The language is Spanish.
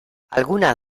alguna